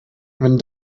wenn